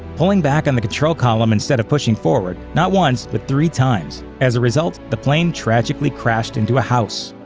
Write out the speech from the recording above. pulling back on the control column instead of pushing forward, not once, but three times. as a result, the plane tragically crashed into a house.